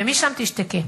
ומשם תשתקי.